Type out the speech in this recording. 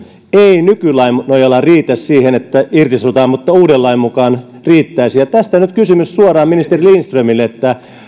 ei nykylain nojalla riitä siihen että irtisanotaan mutta uuden lain mukaan riittäisi ja tästä nyt kysymys suoraan ministeri lindströmille